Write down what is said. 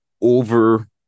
over